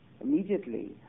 immediately